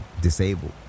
disabled